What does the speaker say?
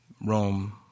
Rome